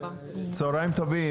צוהריים טובים.